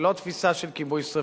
ולא תפיסה של כיבוי שרפות.